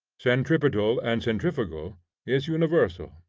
centripetal and centrifugal is universal,